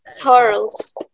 Charles